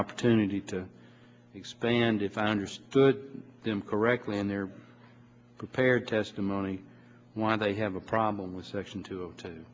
opportunity to expand if i understood them correctly in their prepared testimony why they have a problem with section two to